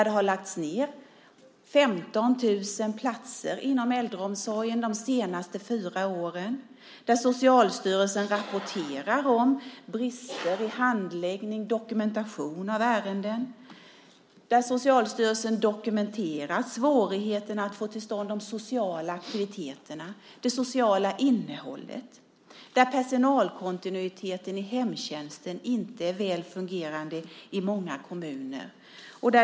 Det har lagts ned 15 000 platser inom äldreomsorgen de senaste fyra åren. Socialstyrelsen rapporterar om brister i handläggning och dokumentation av ärenden. Socialstyrelsen dokumenterar svårigheterna att få till stånd de sociala aktiviteterna och det sociala innehållet. Personalkontinuiteten i hemtjänsten är inte väl fungerande i många kommuner.